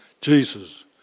Jesus